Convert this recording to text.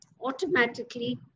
automatically